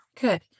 Good